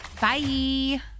Bye